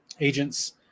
agents